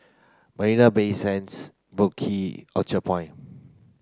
Marina Bay Sands Boat Orchard Point